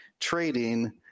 trading